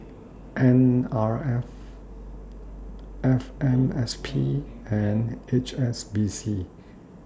N R F F M S P and H S B C